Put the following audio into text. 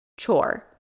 chore